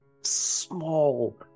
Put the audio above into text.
small